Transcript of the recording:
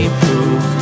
proof